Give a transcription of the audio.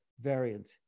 variant